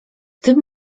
tym